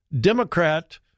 Democrat